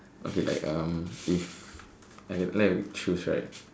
okay like if I can let you choose right